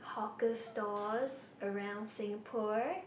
hawker stores around Singapore